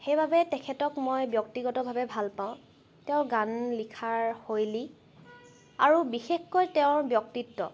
সেইবাবে তেখেতক মই ব্যক্তিগতভাৱে ভাল পাওঁ তেওঁৰ গান লিখাৰ শৈলী আৰু বিশেষকৈ তেওঁৰ ব্যক্তিত্ব